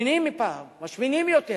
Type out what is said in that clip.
משמינים יותר,